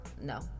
no